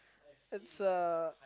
it's a